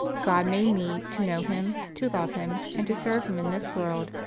god made me to know him, to love him, and to serve him in this world,